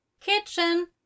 Kitchen